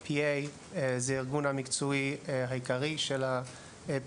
PA זה מקצוע שקיים כבר מעל 55 שנים.